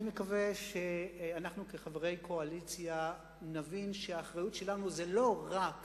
אני מקווה שאנחנו כחברי קואליציה נבין שהאחריות שלנו זה לא רק